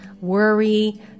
worry